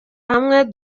hamwe